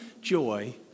joy